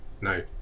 No